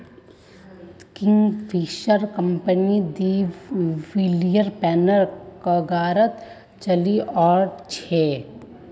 Kingfisher कंपनी दिवालियापनेर कगारत चली ओल छै